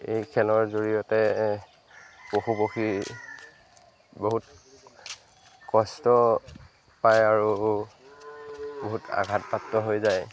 এই খেলৰ জৰিয়তে পশু পক্ষী বহুত কষ্ট পায় আৰু বহুত আঘাতপ্ৰাপ্ত হৈ যায়